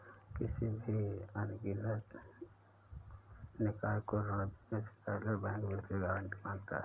किसी भी अनिगमित निकाय को ऋण देने से पहले बैंक व्यक्तिगत गारंटी माँगता है